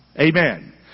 Amen